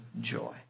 joy